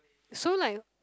so like